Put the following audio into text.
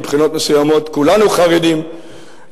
מבחינות מסוימות כולנו חרדים,